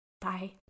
Bye